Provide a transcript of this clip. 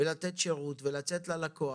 ולתת שירות ולתת ללקוח